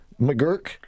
McGurk